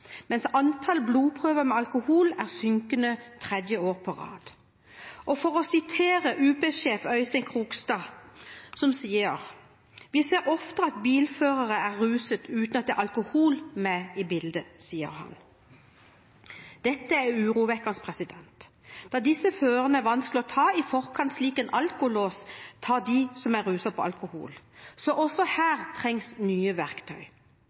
mens antall blodprøver med alkohol er synkende tredje år på rad. For å sitere UP-sjef Øystein Krogstad: Vi ser oftere at bilførere er ruset uten at det er alkohol med i bildet, sier han. Dette er urovekkende, da disse førerne er vanskelig å ta i forkant, slik en alkolås tar dem som er ruset på alkohol. Så også her trengs nye verktøy.